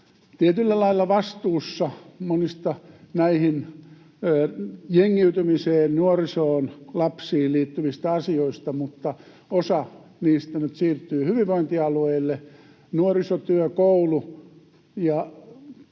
tietyllä lailla vastuussa monista näihin jengiytymiseen, nuorisoon, lapsiin liittyvistä asioista, mutta osa niistä nyt siirtyy hyvinvointialueille. Nuorisotyö, koulu, liikunta